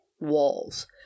walls